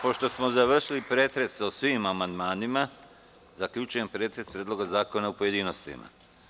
Pošto smo završili pretres o svim amandmanima zaključujem pretres Predloga zakona u pojedinostima.